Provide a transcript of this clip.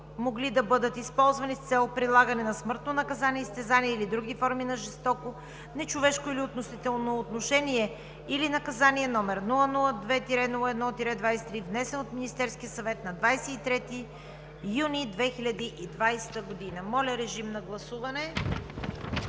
Моля, режим на гласуване